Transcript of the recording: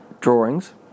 drawings